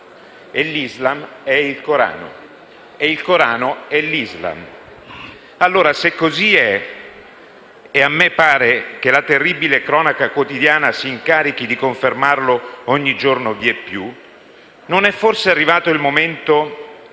e l'Islam è il Corano e il Corano è l'Islam. Allora, se così è - e a me pare che la terribile cronaca quotidiana si incarichi di confermarlo ogni giorno vieppiù - non è forse arrivato il momento